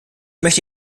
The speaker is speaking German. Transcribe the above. möchte